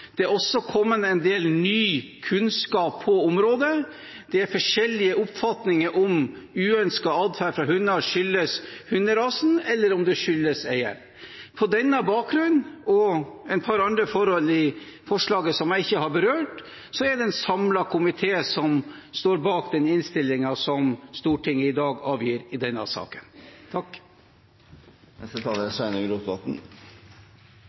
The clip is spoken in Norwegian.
Det er også kommet en del ny kunnskap på området. Det er forskjellige oppfatninger av om uønsket atferd hos hunder skyldes hunderasen, eller om den skyldes eieren. På denne bakgrunn og et par andre forhold i forslaget som jeg ikke har berørt, er det en samlet komité som står bak innstillingen som Stortinget i dag behandler i denne saken. Eg skal ikkje dra ut ein allereie lang møtedag, men som forslagsstillar, og sidan vi ikkje er